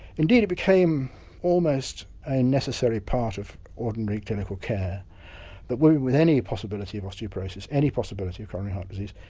indeed it became almost a necessary part of ordinary clinical care that women with any possibility of osteoporosis, any possibility of coronary heart disease,